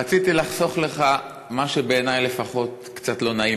רציתי לחסוך לך מה שבעיני לפחות היה קצת לא נעים.